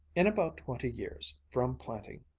in about twenty years from planting,